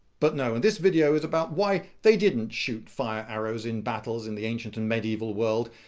but no. and this video is about why they didn't shoot fire arrows in battles in the ancient and medieval world,